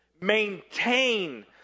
Maintain